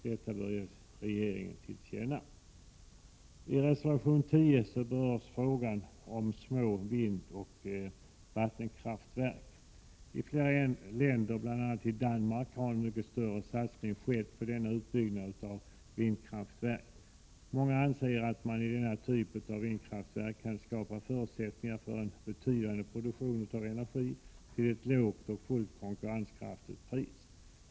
Detta bör ges regeringen till känna. I flera länder, bl.a. Danmark, har en mycket större satsning skett på en utbyggnad av vindkraftverk. Många anser att man med denna typ av vindkraftverk kan skapa förutsättningar för en betydande produktion av energi till ett lågt och fullt konkurrenskraftigt pris.